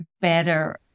better